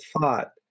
thought